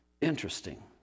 Interesting